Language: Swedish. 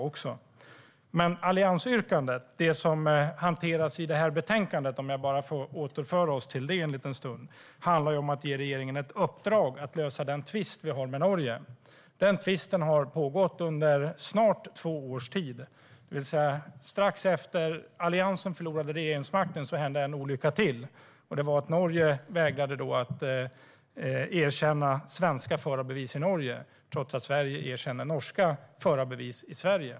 Men alliansyrkandet som hanteras i detta betänkande - om jag får återgå till det en liten stund - handlar om att ge regeringen ett uppdrag att lösa den tvist som vi har med Norge. Denna tvist har pågått under snart två års tid. Strax efter att Alliansen förlorade regeringsmakten hände en olycka till. Det var att Norge då vägrade att erkänna svenska förarbevis i Norge, trots att Sverige erkänner norska förarbevis i Sverige.